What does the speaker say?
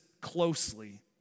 closely